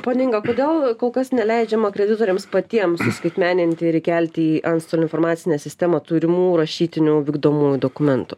ponia inga o kodėl kol kas neleidžiama kreditoriams patiems suskaitmeninti ir įkelti į antstolių informacinę sistemą turimų rašytinių vykdomųjų dokumentų